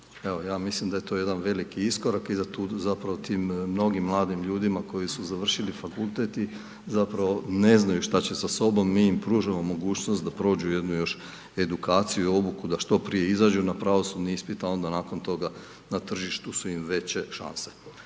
ja mislim da je to jedan veliki iskorak i da tu zapravo tim mnogim mladim ljudima koji su završili fakultet i zapravo ne znaju što će sa sobom, mi im pružamo mogućnost da prođu jednu još edukaciju i obuku da što prije izađu na pravosudni ispit a onda nakon toga na tržištu su im veće šanse.